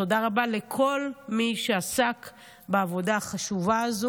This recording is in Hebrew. תודה רבה לכל מי שעסק בעבודה החשובה הזאת,